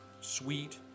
sweet